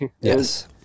Yes